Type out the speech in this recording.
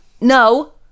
no